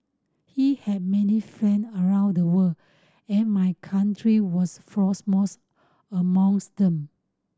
he had many friend around the world and my country was most amongst them